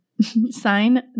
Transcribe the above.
sign